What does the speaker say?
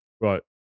Right